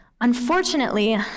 Unfortunately